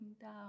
down